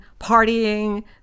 partying